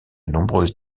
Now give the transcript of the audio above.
nombreuses